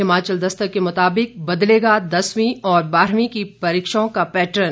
हिमाचल दस्तक के मुताबिक बदलेगा दसवीं और बारहवीं की परीक्षाओं का पैटर्न